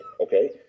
okay